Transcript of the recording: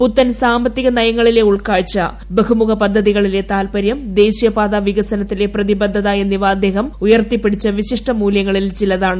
പുത്തൻ സാമ്പത്തിക നയങ്ങളിലെ ഉൾക്കാഴ്ച ബഹുമുഖ പദ്ധതികളിലെ താത്പര്യം ദേശീയ പാത വികസനത്തിലെ പ്രതിബദ്ധത എന്നിവ അദ്ദേഹം ഉയർത്തിപിടിച്ച വിശിഷ്ട മൂല്യങ്ങളിൽ ചിലതാണ്